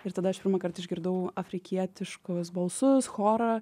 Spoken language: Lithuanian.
ir tada aš pirmąkart išgirdau afrikietiškus balsus chorą